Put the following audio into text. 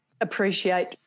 appreciate